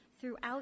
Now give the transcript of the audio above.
throughout